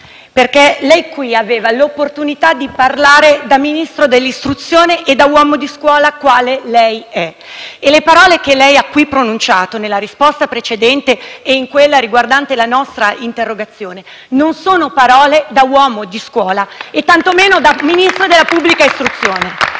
perché lei qui aveva l'opportunità di parlare da Ministro dell'istruzione e da uomo di scuola, quale lei è, e le parole che lei ha qui pronunciato, nella risposta precedente e in quella riguardante la nostra interrogazione, non sono parole da uomo di scuola e tantomeno da Ministro della pubblica istruzione.